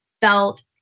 felt